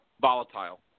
volatile